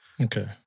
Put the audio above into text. Okay